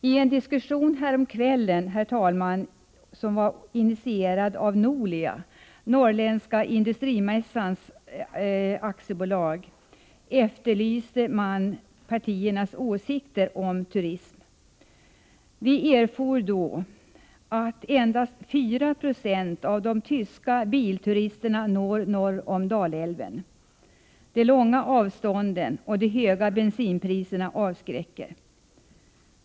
I en diskussion häromkvällen som var initierad av Nolia, Norrländska Industrimässan AB, efterlyste man partiernas åsikter om turism. Vi erfor då att endast fyra procent av de tyska bilturisterna når norr om Dalälven. De långa avstånden och de höga bensinpriserna avskräcker.